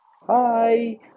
Hi